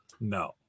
no